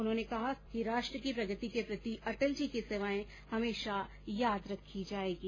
उन्होंने कहा कि राष्ट्र की प्रगति के प्रति अटल जी की सेवाएं हमेशा याद रखी जाएंगी